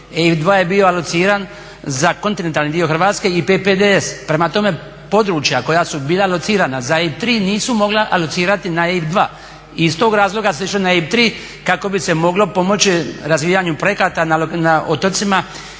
EIB2 je bio alociran za kontinentalni dio Hrvatske i PPDS. Prema tome, područja koja su bila alocirana za EIB3 nisu mogla alocirati na EIB2. I iz tog razloga se išlo na EIB3 kako bi se moglo pomoći razvijanju projekata na otocima